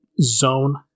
zone